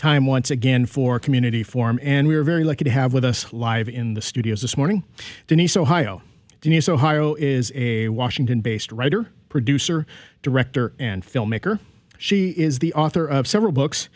time once again for community form and we're very lucky to have with us live in the studio this morning denise ohio denise ohio is a washington based writer producer director and filmmaker she is the author of several books